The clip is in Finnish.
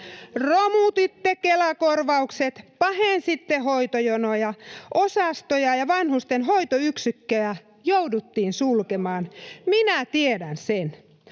Romutitte Kela-korvaukset, pahensitte hoitojonoja, osastoja ja vanhusten hoitoyksikköjä jouduttiin sulkemaan. [Antti Kurvinen: